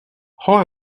how